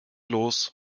los